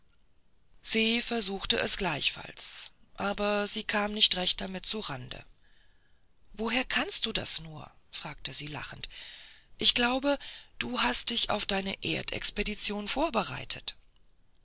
se versuchte es gleichfalls aber sie kam nicht recht damit zu rande woher kannst du das nur fragte sie lachend ich glaube du hast dich auf deine erd expedition vorbereitet